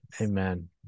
Amen